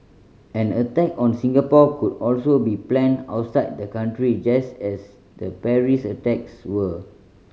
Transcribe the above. an attack on Singapore could also be planned outside the country just as the Paris attacks were